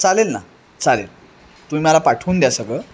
चालेल ना चालेल तुम्ही मला पाठवून द्या सगळं